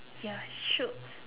ya shook